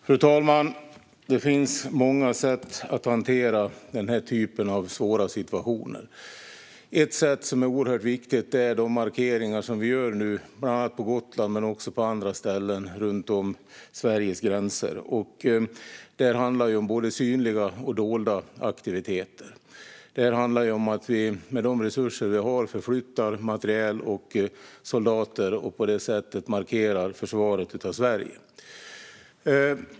Fru talman! Det finns många sätt att hantera den här typen av svåra situationer. Ett sätt som är oerhört viktigt är de markeringar som vi nu gör på Gotland och på andra ställen runt Sveriges gränser. Detta handlar om både synliga och dolda aktiviteter. Det handlar om att vi med de resurser vi har förflyttar materiel och soldater och på det sättet markerar försvaret av Sverige.